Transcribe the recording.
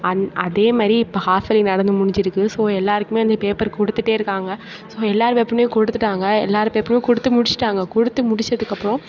and அதே மாதிரி இப்போ ஆஃப் இயர்லி நடந்து முடிஞ்சுருக்கு ஸோ எல்லாேருக்குமே வந்து பேப்பர் கொடுத்துட்டே இருக்காங்க ஸோ எல்லாேர் பேப்பரும் கொடுத்துட்டாங்க எல்லாேர் பேப்பரையும் கொடுத்து முடிச்சுட்டாங்க கொடுத்து முடித்ததுக்கு அப்புறம்